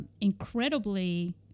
incredibly